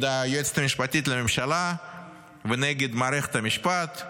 היועצת המשפטית לממשלה ונגד מערכת המשפט,